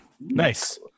Nice